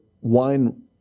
wine